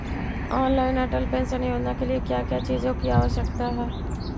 Online Atal pension योजना के लिए क्या क्या चीजों की आवश्यकता है?